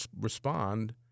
respond